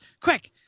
quick